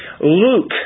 Luke